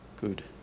Good